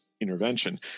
intervention